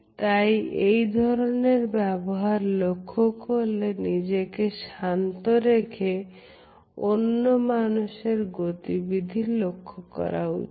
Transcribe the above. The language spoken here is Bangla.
তাই এই ধরনের ব্যবহার লক্ষ্য করলে নিজেকে শান্ত রেখে অন্য মানুষের গতিবিধি লক্ষ্য করা উচিত